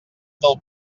del